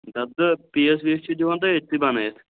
دَپ سا پیٖس ویٖس چھِ دِوان تُہۍ أتتھٕے بَنٲیِتھ